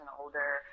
older